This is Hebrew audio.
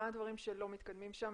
מה הדברים שלא מתקדמים שם,